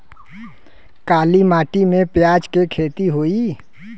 काली माटी में प्याज के खेती होई?